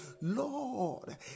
Lord